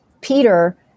Peter